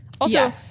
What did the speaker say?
Also-